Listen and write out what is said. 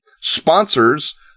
sponsors